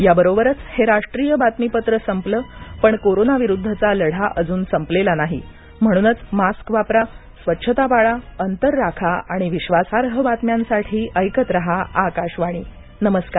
याबरोबरच हे राष्ट्रीय बातमीपत्र संपलं पण कोरोनाविरुद्धचा लढा अजून संपलेला नाही म्हणूनच मास्क वापरा स्वच्छता पाळा अंतर राखा आणि विश्वासार्ह बातम्यांसाठी ऐकत रहा आकाशवाणी नमस्कार